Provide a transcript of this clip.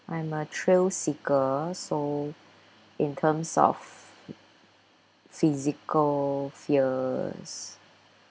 I'm a thrill seeker so in terms of physical fears